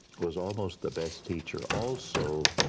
was almost the best teacher. also,